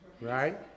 right